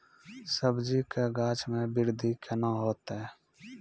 सब्जी के गाछ मे बृद्धि कैना होतै?